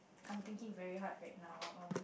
I'm thinking very hard right now um